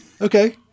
Okay